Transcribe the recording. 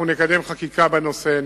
אנחנו נקדם חקיקה בנושא,